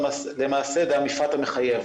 למעשה זה המפרט המחייב.